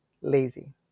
lazy